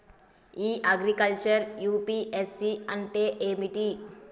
ఇ agriculture UPSC అంటే ఏమిటి?